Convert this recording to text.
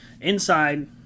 inside